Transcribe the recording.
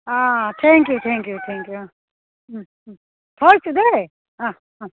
অঁ thank you thank you thank you অঁ থৈছোঁ দেই অঁ অঁ